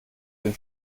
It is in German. den